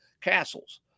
castles